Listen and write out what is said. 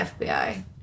FBI